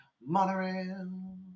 Monorail